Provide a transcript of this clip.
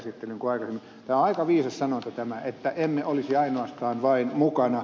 tämä on aika viisas sanonta tämä että emme olisi ainoastaan vain mukana